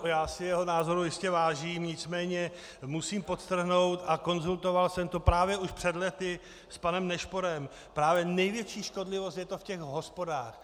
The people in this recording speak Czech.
Já si jeho názoru jistě vážím, nicméně musím podtrhnout, a konzultoval jsem to právě už před lety s panem Nešporem, právě největší škodlivost je to v těch hospodách.